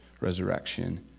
resurrection